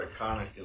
iconic